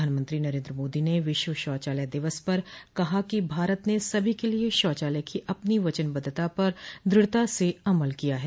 प्रधानमंत्री नरेन्द्र मोदी ने विश्व शौचालय दिवस पर कहा कि भारत ने सभी के लिए शौचालय की अपनी वचनबद्धता पर दृढता से अमल किया है